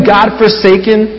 God-forsaken